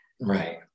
right